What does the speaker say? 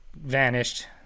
vanished